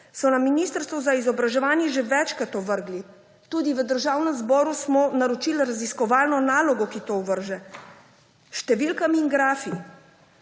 so na ministrstvu za izobraževanje že večkrat ovrgli. Tudi v Državnem zboru smo naročili raziskovalno nalogo, ki to ovrže s številkami in grafi.